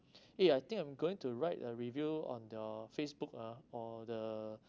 eh I think I'm going to write a review on your facebook ah or the